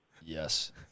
Yes